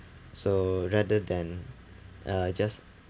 so rather than uh just